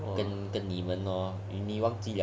跟跟你们 hor 你忘记了 meh